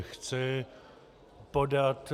Chci podat